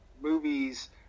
movies